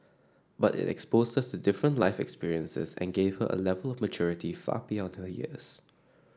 but it exposed her to different life experiences and gave her A Level of maturity far beyond her years